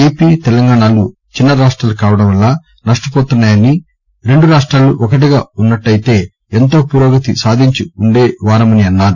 AP తెలంగాణలు చిన్న రాష్ట్రాలు కావడం వల్ల నష్లపోతున్నాయని రెండు రాష్ట్రాలు ఒకటిగా ఉన్నప్పుదే ఎంతో పురోగతి సాధించి ఉండేవారమని అన్నారు